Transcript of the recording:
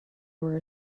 were